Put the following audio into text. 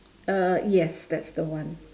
uh yes that's the one